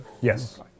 Yes